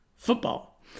football